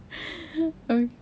oka~